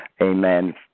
Amen